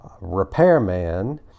repairman